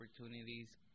opportunities